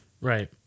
Right